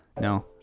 No